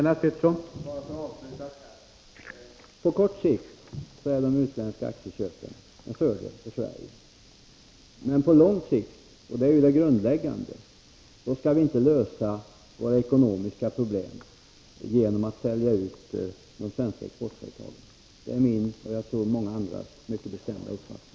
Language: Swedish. Herr talman! Jag vill avsluta den här diskussionen med att säga att de utländska aktieköpen på kort sikt är till fördel för Sverige, men på lång sikt — vilket är det grundläggande — skall vi inte lösa våra ekonomiska problem genom att sälja ut de svenska exportföretagen. Detta är min — och många andras också, tror jag — mycket bestämda uppfattning.